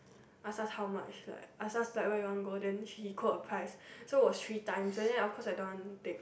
ask us how much like ask us like where we want to go then he quote a price so was three times then of course I don't want to take